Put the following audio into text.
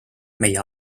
meie